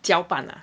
脚板 ah